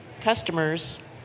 customers